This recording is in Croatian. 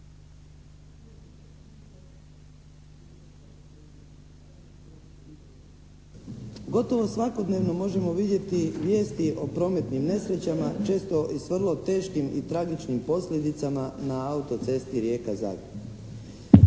gotovo svakodnevno možemo vidjeti vijesti o prometnim nesrećama, često s vrlo teškim i tragičnim posljedicama na auto-cesti Rijeka-Zagreb.